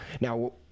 now